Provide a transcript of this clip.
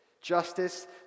Justice